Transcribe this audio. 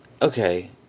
Okay